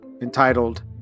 entitled